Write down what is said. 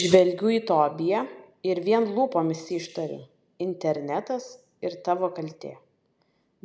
žvelgiu į tobiją ir vien lūpomis ištariu internetas ir tavo kaltė